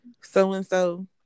so-and-so